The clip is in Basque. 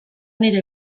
nire